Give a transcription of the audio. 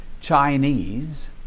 Chinese